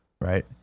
Right